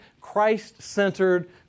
Christ-centered